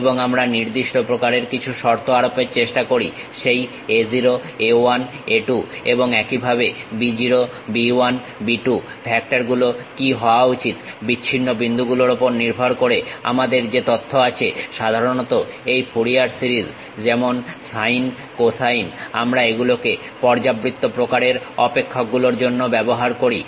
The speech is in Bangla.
এবং আমরা নির্দিষ্ট প্রকারের কিছু শর্ত আরোপের চেষ্টা করি সেই a 0 a 1 a 2 এবং একইভাবে b 0 b 1 b 2 ফ্যাক্টর গুলো কি হওয়া উচিত বিচ্ছিন্ন বিন্দু গুলোর উপর নির্ভর করে আমাদের যে তথ্য আছে সাধারণত এই ফুরিয়ার সিরিজ যেমন সাইন কোসাইন আমরা এগুলোকে পর্যাবৃত্ত প্রকারের অপেক্ষক গুলোর জন্য ব্যবহার করি